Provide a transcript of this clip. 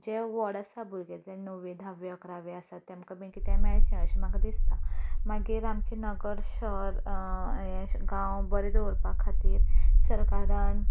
जे व्हड आसा भुरगे णव्वेक धावेक इकरावेक आसा तेमकां बी कितेंय मेळचें अशें म्हाका दिसता मागीर आमचें नगर शहर हें गांव बरे दवरपा खातीर सरकारान